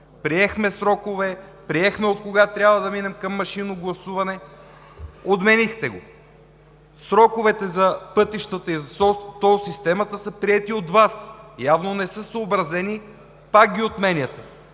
приехме срокове, приехме откога трябва да минем към машинно гласуване, отменихте го. Сроковете за пътищата и за тол системата са приети от Вас. Явно не са съобразени – пак ги отменяте.